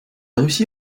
russie